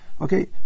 Okay